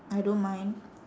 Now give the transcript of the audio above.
I don't mind